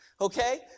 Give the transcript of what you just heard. Okay